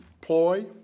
ploy